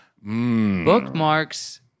Bookmarks